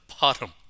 bottom